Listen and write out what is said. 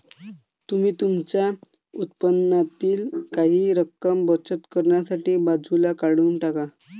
तुम्ही तुमच्या उत्पन्नातील काही रक्कम बचत करण्यासाठी बाजूला काढून टाका